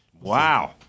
wow